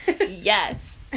Yes